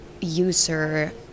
user